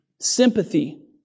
sympathy